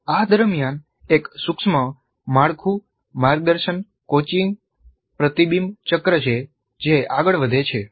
આ દરમિયાન એક સૂક્ષ્મ માળખું માર્ગદર્શન કોચિંગ પ્રતિબિંબ ચક્ર છે જે આગળ વધે છે